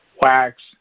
Wax